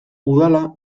udala